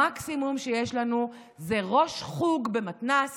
המקסימום שיש לנו זה ראש חוג במתנ"ס